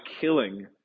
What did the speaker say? killing